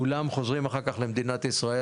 כולם חוזרים אחר כך למדינת ישראל,